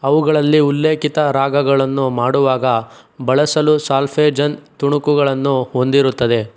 ಅವುಗಳಲ್ಲಿ ಉಲ್ಲೇಖಿತ ರಾಗಗಳನ್ನು ಮಾಡುವಾಗ ಬಳಸಲು ಸಾಲ್ಫೆಜನ್ ತುಣುಕುಗಳನ್ನು ಹೊಂದಿರುತ್ತದೆ